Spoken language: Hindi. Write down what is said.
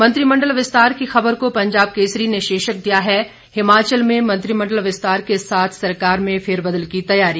मंत्रिमंडल विस्तार की खबर को पंजाब केसरी ने शीर्षक दिया है हिमाचल में मंत्रिमंडल विस्तार के साथ सरकार में फेरबदल की तैयारी